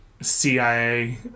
CIA